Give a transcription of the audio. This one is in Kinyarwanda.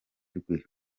rwe